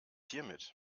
hiermit